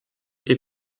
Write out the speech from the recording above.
est